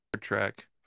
track